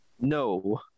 No